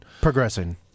Progressing